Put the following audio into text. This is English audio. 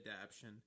adaption